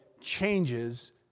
changes